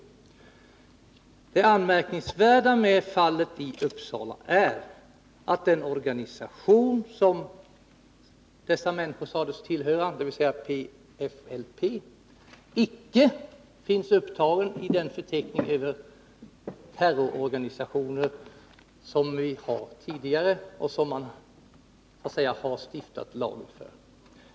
Det anmärkningsvärda med fallet i Uppsala är att den organisation som dessa människor sades tillhöra, dvs. PFLP-GC, icke finns upptagen i den förteckning över terrororganisationer som vi har sedan tidigare och som man 155 så att säga har stiftat lagen för.